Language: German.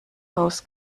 haus